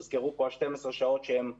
הוזכרו פה 12 השעות שהם הטופ,